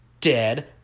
dead